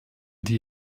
die